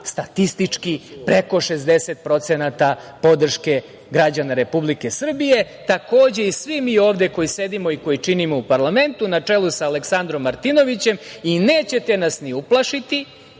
statistički preko 60% podrške građana Republike Srbije. Takođe i svi mi ovde koji sedimo i koji činimo u parlamentu na čelu sa Aleksandrom Martinovićem i neće te nas ni uplašiti